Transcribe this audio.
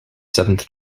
seventh